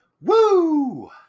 Woo